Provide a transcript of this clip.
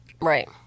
Right